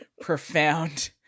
profound